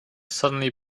suddenly